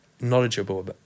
knowledgeable